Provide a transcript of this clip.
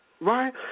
Right